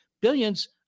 billions